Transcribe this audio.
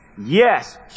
Yes